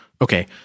Okay